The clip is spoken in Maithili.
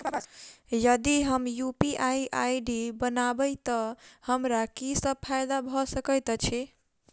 यदि हम यु.पी.आई आई.डी बनाबै तऽ हमरा की सब फायदा भऽ सकैत अछि?